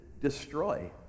destroy